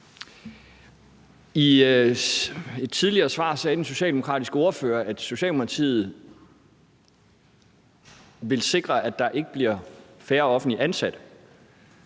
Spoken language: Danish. I et tidligere svar sagde den socialdemokratiske ordfører, at Socialdemokratiet vil sikre, at der ikke bliver færre offentligt ansatte.